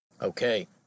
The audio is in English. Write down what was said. Okay